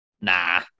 Nah